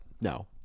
No